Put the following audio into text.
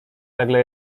nagle